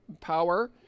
power